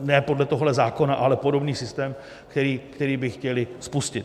Ne podle tohoto zákona, ale podobný systém, který by chtěli spustit.